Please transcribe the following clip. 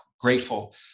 grateful